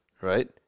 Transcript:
right